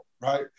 right